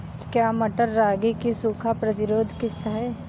क्या मटर रागी की सूखा प्रतिरोध किश्त है?